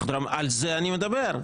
על זה אני מדבר.